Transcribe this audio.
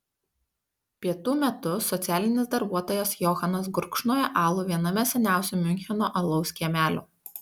pietų metu socialinis darbuotojas johanas gurkšnoja alų viename seniausių miuncheno alaus kiemelių